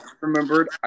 remembered